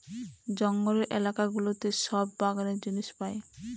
জঙ্গলের এলাকা গুলোতে সব বাগানের জিনিস পাই